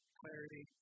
clarity